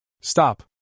Stop